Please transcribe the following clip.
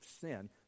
sin